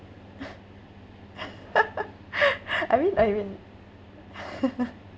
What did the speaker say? I mean I mean